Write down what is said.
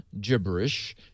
gibberish